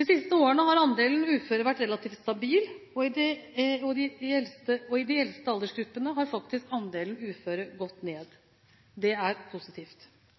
De siste årene har andelen uføre vært relativt stabil, og i de eldste aldersgruppene har faktisk andelen uføre gått ned. Det er positivt.